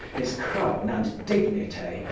his crowne, and dignity,